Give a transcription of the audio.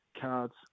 cards